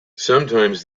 sometimes